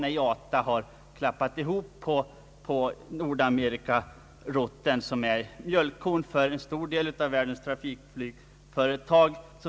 IATA har uppenbarligen klappat ihop på Nordamerikarutten, som är mjölkkon för en stor del av världens trafikflygföretag.